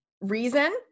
reason